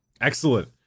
Excellent